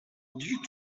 due